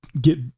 get